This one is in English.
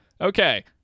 okay